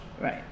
right